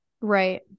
Right